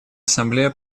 ассамблея